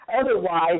Otherwise